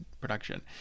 production